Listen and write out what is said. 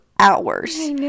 hours